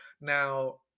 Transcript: now